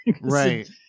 Right